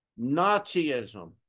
Nazism